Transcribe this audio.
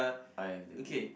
I have degree